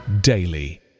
daily